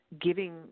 giving